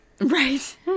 Right